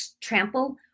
trample